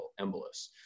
embolus